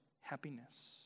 happiness